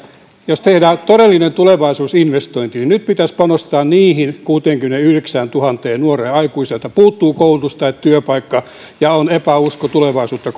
jos tehdään todellinen tulevaisuusinvestointi niin nyt pitäisi panostaa niihin kuuteenkymmeneenyhdeksääntuhanteen nuoreen aikuiseen joilta puuttuu koulutus tai työpaikka ja joilla on epäusko tulevaisuutta